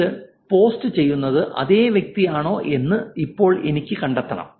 ഇത് പോസ്റ്റ് ചെയ്യുന്നത് അതേ വ്യക്തിയാണോ എന്ന് ഇപ്പോൾ എനിക്ക് കണ്ടെത്തണം